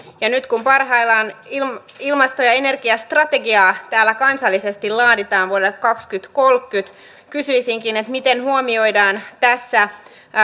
ja nyt kun parhaillaan ilmasto ilmasto ja energiastrategiaa täällä kansallisesti laaditaan vuodelle kaksituhattakolmekymmentä kysyisinkin miten huomioidaan tässä